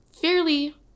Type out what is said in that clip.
fairly